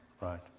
right